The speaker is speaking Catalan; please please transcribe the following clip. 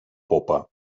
popa